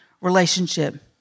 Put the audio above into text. relationship